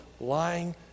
lying